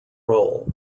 role